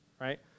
right